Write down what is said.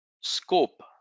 scope